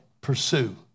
pursue